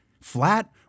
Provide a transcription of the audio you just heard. Flat